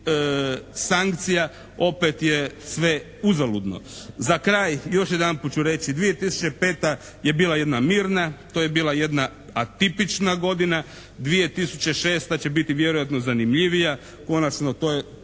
sankcija, opet je sve uzaludno. Za kraj, još jedanput ću reći, 2005. je bila jedna mirna, to je bila jedna atipična godina. 2006. će biti vjerojatno zanimljivija. Konačno, to je